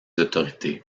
autorités